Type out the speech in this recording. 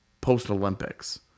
post-Olympics